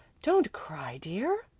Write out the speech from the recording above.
don't cry, dear,